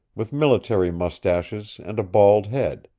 with military mustaches and a bald head.